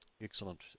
Excellent